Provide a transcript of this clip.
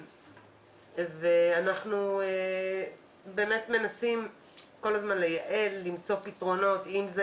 אנחנו מנסים כל הזמן לייעל, למצוא פתרונות, אם זה